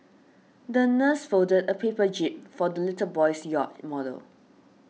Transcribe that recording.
the nurse folded a paper jib for the little boy's yacht model